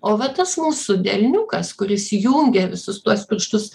o va tas mūsų delniukas kuris jungia visus tuos pirštus